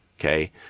Okay